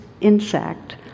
insect